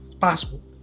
possible